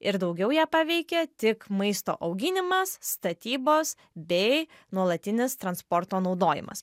ir daugiau ją paveikė tik maisto auginimas statybos bei nuolatinis transporto naudojimas